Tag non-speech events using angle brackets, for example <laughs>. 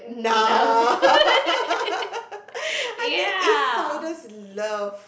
nah <laughs> I think East siders love